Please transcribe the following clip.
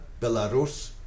Belarus